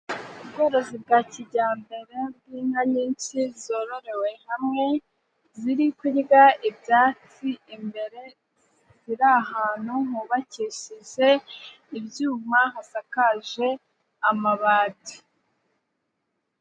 Ubworozi bwa kijyambere bw'inka nyinshi zororewe hamwe, ziri kurya ibyatsi imbere, ziri ahantu hubakishijeze ibyuma hasakaje amabati.